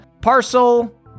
Parcel